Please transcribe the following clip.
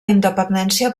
independència